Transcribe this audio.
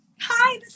hi